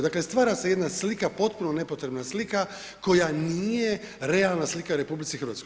Dakle, stvara se jedna slika, potpuno nepotrebna slika koja nije realna slika u RH.